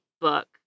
book